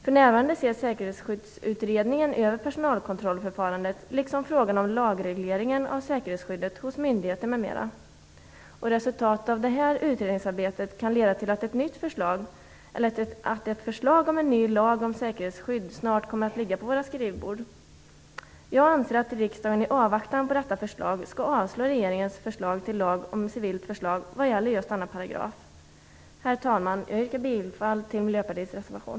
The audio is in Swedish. För närvarande ser Säkerhetsskyddsutredningen över personalkontrollförfarandet, liksom frågan om lagregleringen av säkerhetsskyddet hos myndigheter m.m. Resultatet av det utredningsarbetet kan bli att ett förslag till en ny lag om säkerhetsskydd snart kommer att ligga på våra skrivbord. Jag anser att riksdagen i avvaktan på detta förslag bör avslå regeringens förslag till lag om civilt försvar vad gäller just denna paragraf. Herr talman! Jag yrkar bifall till Miljöpartiets reservation.